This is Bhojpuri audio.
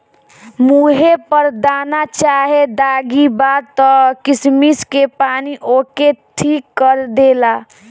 मुहे पर दाना चाहे दागी बा त किशमिश के पानी ओके ठीक कर देला